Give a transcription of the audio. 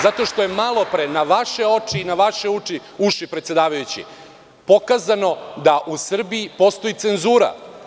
Zato što je malo pre na vaš oči i na vaše uši predsedavajući, pokazano da u Srbiji postoji cenzura.